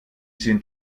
sind